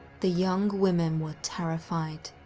the young women were terrified.